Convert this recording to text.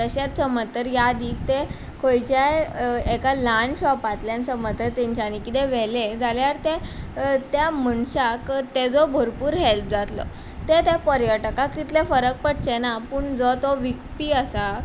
अशेंच समज जर यादीक ते खंयच्याय एका ल्हान शॉपांतल्यान समज जर तेंच्यांनी कितें व्हेलें जाल्यार त्या मनशाक तेचो भरपूर हॅल्प जातलो तें ते पर्यटकाक तितले फरक पडचें ना पूण जो तो विकपी आसा